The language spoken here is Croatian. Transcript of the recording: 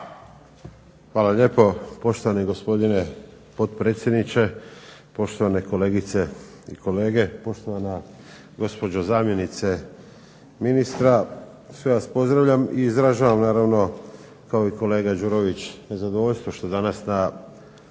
Hvala lijepo poštovani gospodine potpredsjedniče, poštovane kolegice i kolege, poštovana gospođo zamjenice ministra. Sve vas pozdravljam i izražavam naravno kako i kolega Đurović nezadovoljstvo što danas na